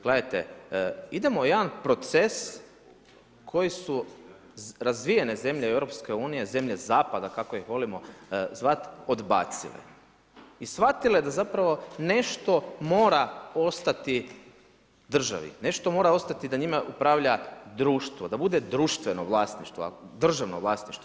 Gledajte, idemo u jedan proces koji su razvijene zemlje EU, zemlje zapada kako ih volimo zvati odbacile i shvatile da zapravo nešto mora ostati državi, nešto mora ostati da njima upravlja društvo, da bude društveno vlasništvo, državno vlasništvo.